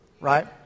right